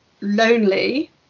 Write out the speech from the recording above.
lonely